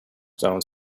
stone